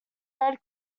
red